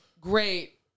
great